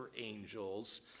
angels